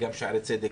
וגם שערי צדק,